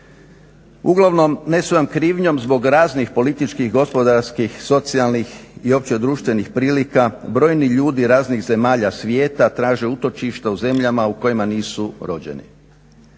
Uglavnom, ne svojom krivnjom zbog raznih političkih, gospodarskih, socijalnih i opće društvenih prilika brojni ljudi raznih zemalja svijeta traže utočišta u zemljama u kojima nisu rođeni.